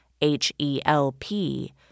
H-E-L-P